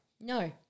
No